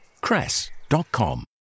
cress.com